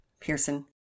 Pearson